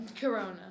Corona